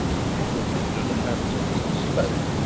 and probably through the hands of mr slope,